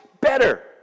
better